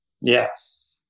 Yes